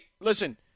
listen